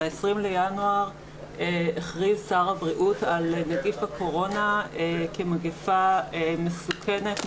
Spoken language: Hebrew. ב-20 בינואר הכריז שר הבריאות על נגיף הקורונה כמגפה מסוכנת,